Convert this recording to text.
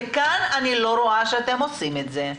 וכאן אני לא רואה שאתם עושים את זה.